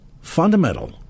Fundamental